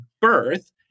birth